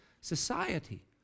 society